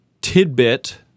tidbit